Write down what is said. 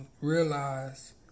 realize